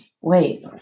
Wait